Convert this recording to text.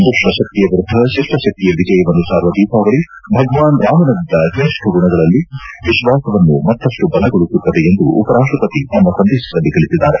ದುಷ್ಟಶಕ್ತಿಯ ವಿರುದ್ಧ ತಿಷ್ಟಶಕ್ತಿಯ ವಿಜಯವನ್ನು ಸಾರುವ ದೀಪಾವಳಿ ಭಗವಾನ್ ರಾಮನಲ್ಲಿದ್ದ ತ್ರೇಷ್ಠ ಗುಣಗಳಲ್ಲಿ ವಿಶ್ವಾಸವನ್ನು ಮತ್ತಷ್ಟು ಬಲಗೊಳಿಸುತ್ತದೆ ಎಂದು ಉಪರಾಷ್ಟಪತಿ ತಮ್ಮ ಸಂದೇಶದಲ್ಲಿ ತಿಳಿಸಿದ್ದಾರೆ